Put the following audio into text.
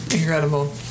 Incredible